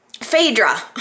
Phaedra